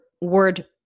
word